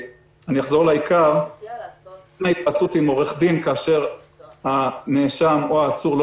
אחזור לעיקר: היוועצות עם עורכי דין כאשר הנאשם או העצור לא